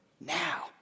now